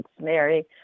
Mary